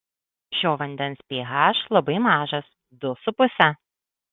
šio vandens ph labai mažas du su puse